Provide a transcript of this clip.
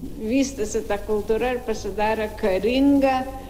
vystėsi ta kultūra ir pasidarė karinga